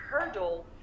hurdle